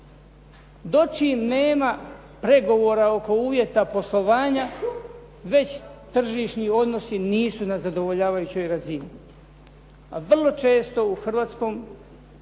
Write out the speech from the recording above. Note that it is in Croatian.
Dočim nema pregovora oko uvjeta poslovanja, već tržišni odnosi nisu na zadovoljavajućoj razini, a vrlo često u hrvatskom